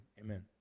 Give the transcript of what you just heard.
amen